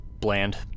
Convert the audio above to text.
bland